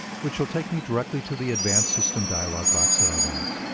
which will take me directly to the advance system dialog box that i want.